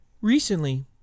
recently